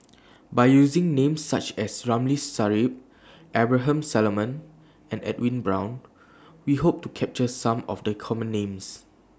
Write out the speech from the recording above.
By using Names such as Ramli Sarip Abraham Solomon and Edwin Brown We Hope to capture Some of The Common Names